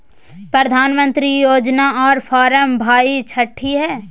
प्रधानमंत्री योजना आर फारम भाई छठी है?